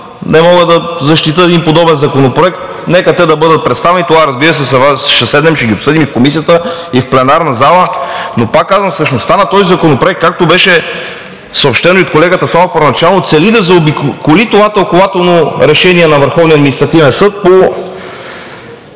не мога да защитя подобен законопроект. Нека те да бъдат представени – тогава, разбира се, ще седнем да ги обсъдим и в Комисията, и в пленарната зала. Но пак казвам, същността на този законопроект, както беше съобщено и от колегата Славов, първоначално цели да заобиколи това Тълкувателно решение № 12 на Върховния административен съд по